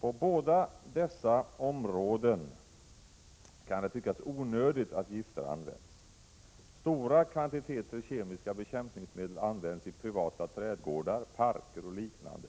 På båda dessa områden kan det tyckas onödigt att gifter används. Stora kvantiteter kemiska bekämpningsmedel används i privata trädgårdar, parker och liknande.